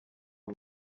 mwe